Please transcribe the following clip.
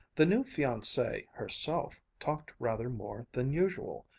the new fiancee herself talked rather more than usual,